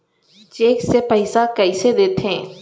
Cheque से पइसा कइसे देथे?